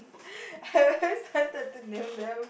I always started to name them